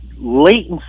latency